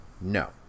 No